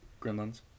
Gremlins